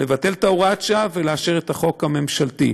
לבטל את הוראת השעה ולאשר את החוק הממשלתי.